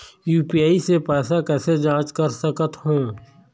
UPI से पैसा कैसे जाँच कर सकत हो?